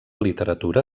literatura